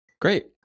Great